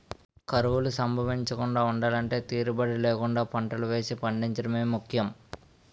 కరువులు సంభవించకుండా ఉండలంటే తీరుబడీ లేకుండా పంటలు వేసి పండించడమే ముఖ్యం